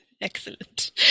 Excellent